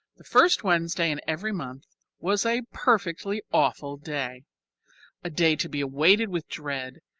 the first wednesday in every month was a perfectly awful day a day to be awaited with dread,